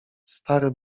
stary